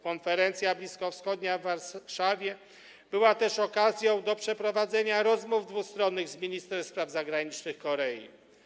Konferencja bliskowschodnia w Warszawie była też okazją do przeprowadzenia rozmów dwustronnych z ministrem spraw zagranicznych Korei.